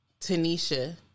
Tanisha